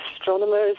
astronomers